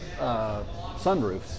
sunroofs